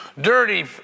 dirty